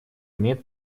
имеет